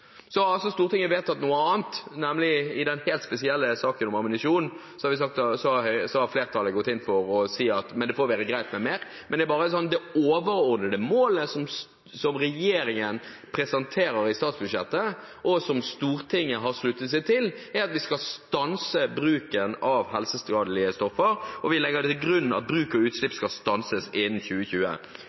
Så har Stortinget vedtatt noe annet. I den helt spesielle saken om ammunisjon har flertallet gått inn for å si at det får være greit med mer, men det overordnede målet som regjeringen presenterer i statsbudsjettet, og som Stortinget har sluttet seg til, er at vi skal stanse bruken av helseskadelige stoffer. Vi legger til grunn at bruk og utslipp skal stanses innen 2020.